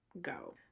go